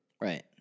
Right